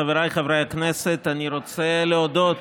חבריי חברי הכנסת, אני רוצה להודות